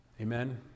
Amen